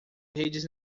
redes